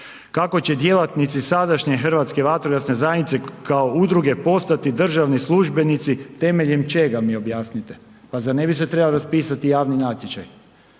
Kako će djelatnici sadašnje Hrvatske vatrogasne zajednice kao udruge postati državni službenici, temeljem čega mi objasnite, pa zar ne bi se trebao raspisati javni natječaj?